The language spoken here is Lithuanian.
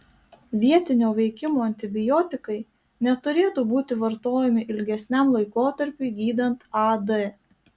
vietinio veikimo antibiotikai neturėtų būti vartojami ilgesniam laikotarpiui gydant ad